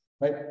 right